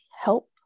help